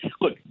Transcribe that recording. Look